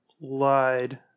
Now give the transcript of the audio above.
lied